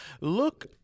look